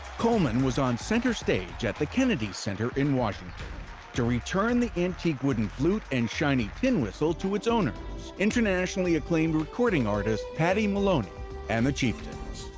coleman was on center stage at the kennedy center in washington to return the antique wooden flute and shiny tin ah to its owners internationally-acclaimed recording artists, paddy moloney and the chieftains.